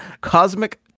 Cosmic